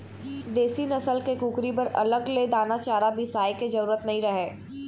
देसी नसल के कुकरी बर अलग ले दाना चारा बिसाए के जरूरत नइ रहय